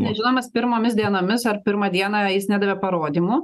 nežinomas pirmomis dienomis ar pirmą dieną jis nedavė parodymų